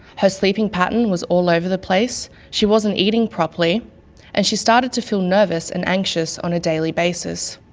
her sleeping pattern was all over the place, she wasn't eating properly and she started to feel nervous and anxious on a daily basis.